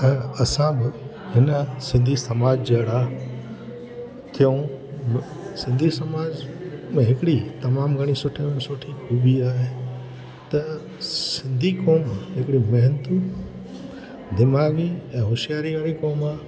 ऐं असां बि हिन सिंधी समाज जहिड़ा थियूं सिंधी समाज में हिकिड़ी तमामु घणी सुठे में सुठी ख़ूबी आहे त सिंधी क़ौम हिकिड़ी महिनतूं दिमाग़ी ऐं होशियारी वारी क़ौम आहे